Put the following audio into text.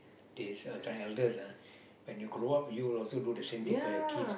this uh the elders ah when you grow up you would also do the same thing for your kids